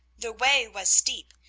the way was steep,